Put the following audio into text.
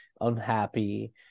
unhappy